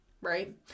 Right